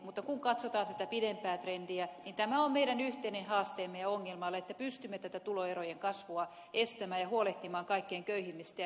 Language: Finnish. mutta kun katsotaan tätä pidempää trendiä niin tämä on meidän yhteinen haasteemme ja ongelmamme että pystymme tätä tuloerojen kasvua estämään ja huolehtimaan kaikkein köyhimmistä ja heikoimmista